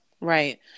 Right